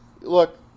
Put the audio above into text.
look